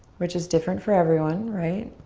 which is different for everyone, right?